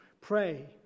pray